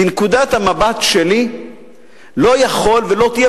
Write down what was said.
מנקודת המבט שלי לא יכול להיות ולא תהיה,